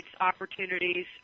opportunities